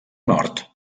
nord